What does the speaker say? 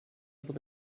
able